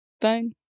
fine